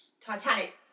Titanic